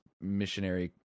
missionary